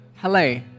Hello